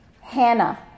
Hannah